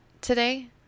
today